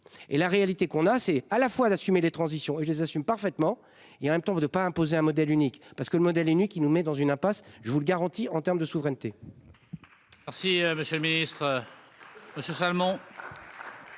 et la réalité qu'on a, c'est à la fois d'assumer les transitions et je les assume parfaitement et en même temps vous de pas imposer un modèle unique parce que le modèle qui nous met dans une impasse. Je vous le garantis en termes de souveraineté. Si Monsieur le Ministre. Seulement.